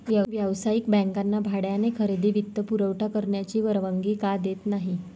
व्यावसायिक बँकांना भाड्याने खरेदी वित्तपुरवठा करण्याची परवानगी का देत नाही